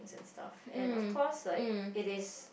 and stuff and of course like it is